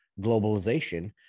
globalization